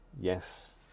yes